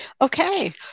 Okay